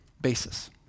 basis